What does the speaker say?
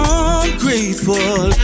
ungrateful